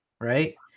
right